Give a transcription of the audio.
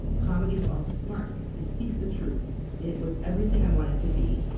comedy is also smart. it speaks the truth. it was everything i wanted to be.